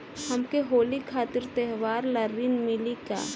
हमके होली खातिर त्योहार ला ऋण मिली का?